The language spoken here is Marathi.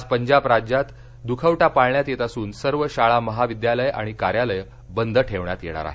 आज पंजाब राज्यात दुखवटा पाळण्यात येत असून सर्व शाळा महविद्यालये आणि कार्यालये बंद ठेवण्यात येणार आहेत